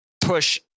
push